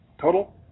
total